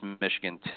Michigan